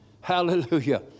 Hallelujah